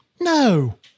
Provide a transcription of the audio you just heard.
No